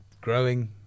growing